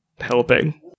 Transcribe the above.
helping